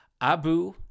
Abu